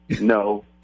No